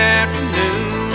afternoon